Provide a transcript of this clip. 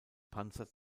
panzer